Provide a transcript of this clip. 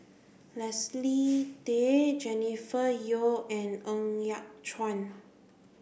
Leslie Tay Jennifer Yeo and Ng Yat Chuan